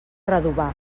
redovà